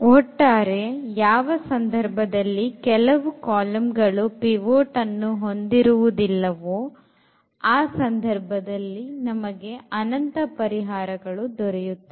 ಒಟ್ಟಾರೆ ಯಾವ ಸಂದರ್ಭದಲ್ಲಿ ಕೆಲವು ಕಾಲಂ ಗಳು ಪಿವೊಟ್ ಅನ್ನು ಹೊಂದಿರುವುದಿಲವೋ ಆ ಸಂದರ್ಭದಲ್ಲಿ ನಮಗೆ ಅನಂತ ಪರಿಹಾರಗಳು ದೊರೆಯೊತ್ತವೆ